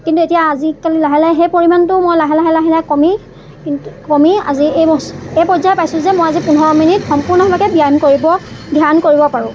কিন্তু এতিয়া আজিকালি লাহে লাহে সেই পৰিমাণটো মই লাহে লাহে লাহে লাহে কমি কিন্তু কমি আজি এই এই পৰ্য্য়ায় পাইছোঁ যে মই আজি পোন্ধৰ মিনিট সম্পূৰ্ণভাৱে ব্যায়াম কৰিব ধ্যান কৰিব পাৰোঁ